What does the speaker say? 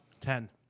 Ten